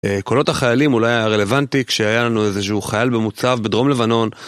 קולות החיילים, אולי הרלוונטי, כשהיה לנו איזה שהוא חייל במוצב בדרום לבנון